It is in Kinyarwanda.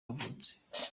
yavutse